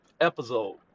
episode